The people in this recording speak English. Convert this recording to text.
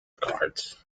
cards